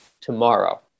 tomorrow